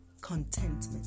contentment